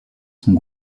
sont